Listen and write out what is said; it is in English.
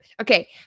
Okay